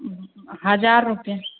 हजार रुपए